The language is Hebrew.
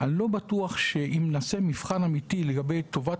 אני לא בטוח שאם נעשה מבחן אמיתי לגבי טובת